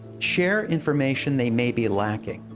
share information they may be lacking.